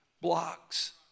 blocks